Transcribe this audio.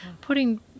putting